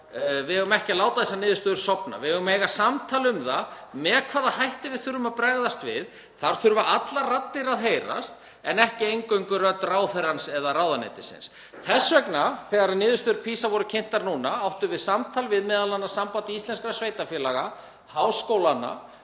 við eigum ekki að láta PISA-niðurstöðurnar sofna. Við eigum að eiga samtal um það með hvaða hætti við þurfum að bregðast við. Þar þurfa allar raddir að heyrast en ekki eingöngu rödd ráðherrans eða ráðuneytisins. Þess vegna, þegar niðurstöður PISA voru kynntar, áttum við samtal við m.a. Samband íslenskra sveitarfélaga, háskólana,